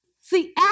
See